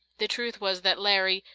the truth was that larry,